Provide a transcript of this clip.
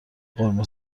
قرمه